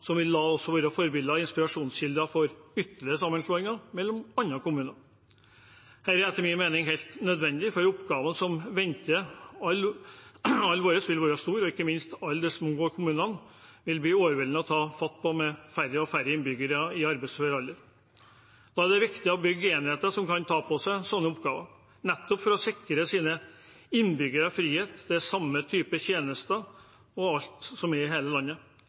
venter, vil være store, og ikke minst for alle de små kommunene vil det bli overveldende å ta fatt på dem med færre og færre innbyggere i arbeidsfør alder. Da er det viktig å bygge enheter som kan ta på seg sånne oppgaver, nettopp for å sikre innbyggerne frihet til samme type tjenester og alt annet i hele landet.